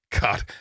God